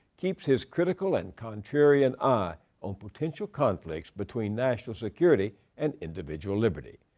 keeps his critical and contrarian eye on potential conflicts between national security and individual liberty.